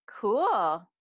cool